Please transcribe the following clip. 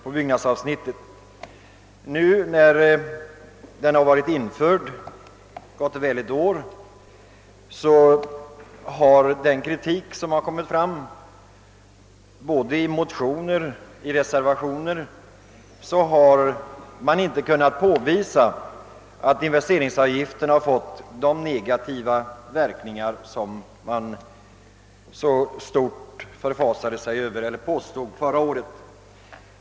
I de motioner och reservationer som vi nu behandlar — gott och väl ett år efter investeringsavgiftens införande — har man inte kunnat påvisa att investeringsavgiften haft de negativa verkningar, som man förra året påstod att den skulle få och förfasade sig HS över.